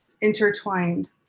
intertwined